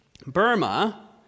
burma